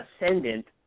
ascendant